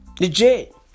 Legit